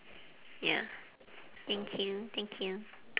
ya thank you thank you